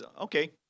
Okay